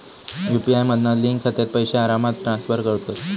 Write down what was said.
UPI मधना link खात्यात पैशे आरामात ट्रांसफर होतत